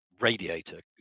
radiator